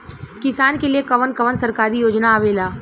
किसान के लिए कवन कवन सरकारी योजना आवेला?